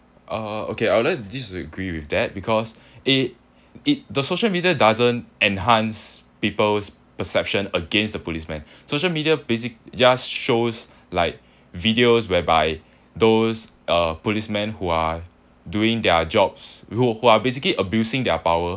uh okay I'll like to disagree with that because it it the social media doesn't enhance people's perception against the policeman social media basic just shows like videos whereby those uh policeman who are doing their jobs those who are basically abusing their power